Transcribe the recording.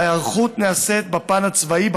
ההיערכות נעשית בפן הצבאי,